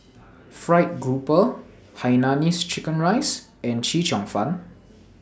Fried Grouper Hainanese Chicken Rice and Chee Cheong Fun